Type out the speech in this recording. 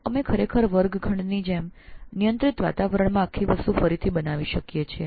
આપણે ખરેખર વર્ગખંડની જેમ નિયંત્રિત વાતાવરણમાં સમગ્ર વસ્તુ ફરી બનાવી શકીએ છીએ